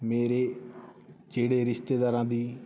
ਮੇਰੇ ਜਿਹੜੇ ਰਿਸ਼ਤੇਦਾਰਾਂ ਦੀ